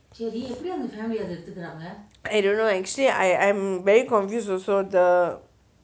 I don't know actually I I'm very confused also the